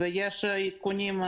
יש עדכונים,